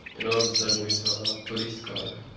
and all of a sudden we saw a police car